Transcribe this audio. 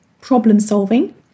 problem-solving